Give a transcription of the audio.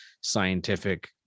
scientific